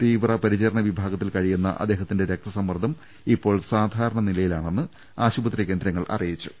തീവ്ര പരി ചരണ വിഭാഗത്തിൽ കഴിയുന്ന അദ്ദേഹത്തിന്റെ രക്തസമ്മർദ്ദം ഇപ്പോൾ സാധാരണ നിലയിലാണെന്ന് ആശുപത്രി കേന്ദ്രങ്ങൾ അറിയിച്ചു